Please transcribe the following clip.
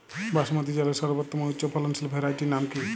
বাসমতী চালের সর্বোত্তম উচ্চ ফলনশীল ভ্যারাইটির নাম কি?